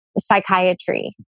psychiatry